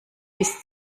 bis